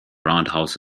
roundhouse